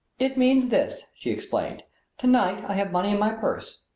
it means this, she explained to-night i have money in my purse,